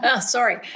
Sorry